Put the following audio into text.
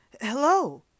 hello